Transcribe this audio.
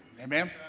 Amen